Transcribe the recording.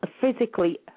physically